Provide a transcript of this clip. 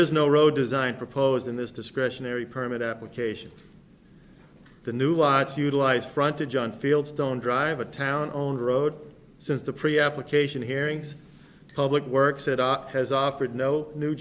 is no road design proposed in this discretionary permit application the nuance utilized frontage on fieldstone drive a town on road since the pre application hearings public works it has offered no new